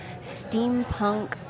steampunk